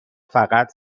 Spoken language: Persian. فقط